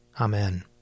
Amen